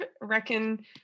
Reckon